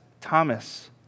Thomas